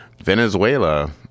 Venezuela